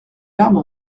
larmes